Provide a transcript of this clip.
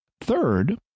Third